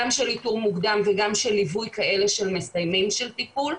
גם של איתור מוקדם וגם של ליווי כאלה שמסיימים טיפול,